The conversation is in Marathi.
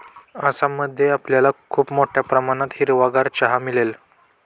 आसाम मध्ये आपल्याला खूप मोठ्या प्रमाणात हिरवागार चहा मिळेल